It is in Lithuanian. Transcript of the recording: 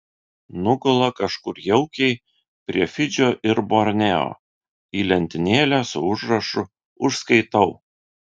nugula kažkur jaukiai prie fidžio ir borneo į lentynėlę su užrašu užskaitau